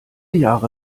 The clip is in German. jahre